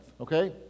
okay